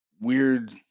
weird